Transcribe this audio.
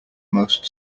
most